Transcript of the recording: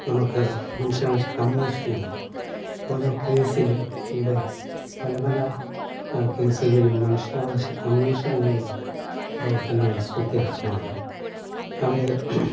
നമുക്ക് മനുഷ്യവകാശ കമ്മീഷനുകൾ ഓരോ കേസിലും ഇവിടെ പല പല കേസുകളിലും മനുഷ്യവകാശ കമ്മീഷനുകളുടെ പ്രവർത്തനങ്ങൾ സ്തുത്യർഹമാണ് അവർ